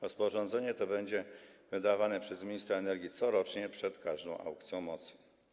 Rozporządzenie to będzie wydawane przez ministra energii corocznie przed każdą aukcją mocy.